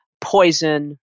poison